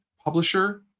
publisher